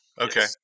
Okay